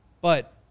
But-